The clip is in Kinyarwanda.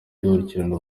dukurikirana